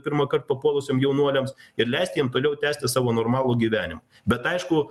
pirmąkart papuolusiam jaunuoliams ir leisti jiem toliau tęsti savo normalų gyvenimą bet aišku